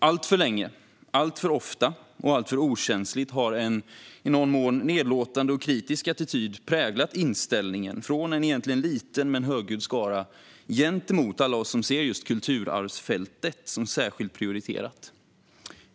Alltför länge, alltför ofta och alltför okänsligt har en i någon mån nedlåtande och kritisk attityd präglat en liten men högljudd skaras inställning gentemot alla oss som ser kulturarvsfältet som särskilt prioriterat.